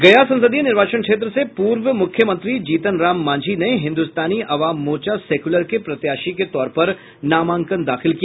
गया संसदीय निर्वाचन क्षेत्र से पूर्व मुख्यमंत्री जीतन राम मांझी ने हिन्दुस्तानी अवाम मोर्चा सेक्यूलर के प्रत्याशी के तौर पर नामांकन दाखिल किया